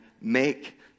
make